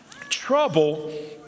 Trouble